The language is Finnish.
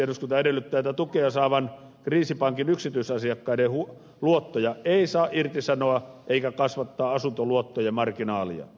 eduskunta edellyttää että tukea saavan kriisipankin yksityisasiakkaiden luottoja ei saa irtisanoa eikä kasvattaa asuntoluottojen marginaalia